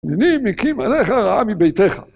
הנני מקים עליך רעה מביתך.